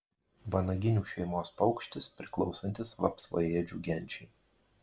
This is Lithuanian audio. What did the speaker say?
vanaginių šeimos paukštis priklausantis vapsvaėdžių genčiai